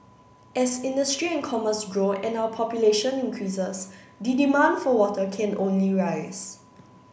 as industry and commerce grow and our population increases the demand for water can only rise